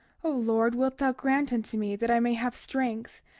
o lord, wilt thou grant unto me that i may have strength,